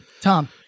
Tom